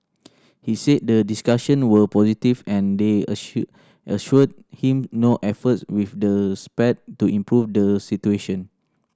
he said the discussion were positive and they assure assured him no efforts will the spared to improve the situation